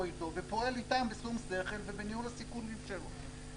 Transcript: איתו ופועל איתם בשום שכל ובניהול הסיכונים שלו.